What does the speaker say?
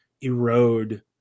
erode